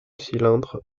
cylindre